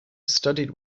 studied